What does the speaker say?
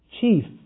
chief